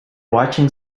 watching